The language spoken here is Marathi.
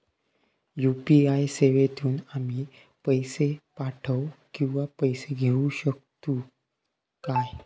यू.पी.आय सेवेतून आम्ही पैसे पाठव किंवा पैसे घेऊ शकतू काय?